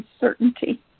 uncertainty